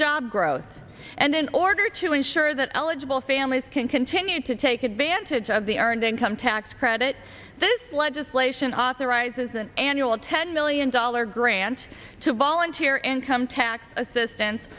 job growth and then order to ensure that eligible families can continue to take advantage of the earned income tax credit this legislation authorizes an annual ten million dollar grant to volunteer income tax assistance